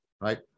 right